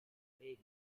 reilly